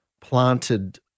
planted